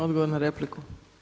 Odgovor na repliku.